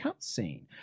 cutscene